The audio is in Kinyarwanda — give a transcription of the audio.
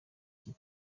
iki